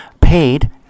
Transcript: paid